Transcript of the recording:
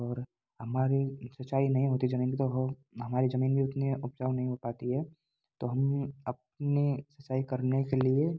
और हमारी सिंचाई नहीं होती ज़मीन तो हम हमारी ज़मीन भी उतनी उपजाऊ नहीं हो पाती है तो हम अपने सिंचाई करने के लिए